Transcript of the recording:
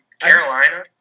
Carolina